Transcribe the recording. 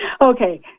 Okay